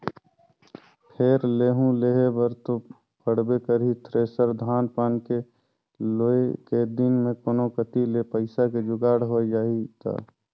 फेर लेहूं लेहे बर तो पड़बे करही थेरेसर, धान पान के लुए के दिन मे कोनो कति ले पइसा के जुगाड़ होए जाही त